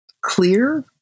clear